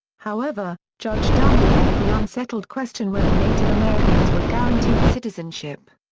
however, judge dundy left the unsettled question whether native americans were guaranteed citizenship.